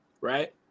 right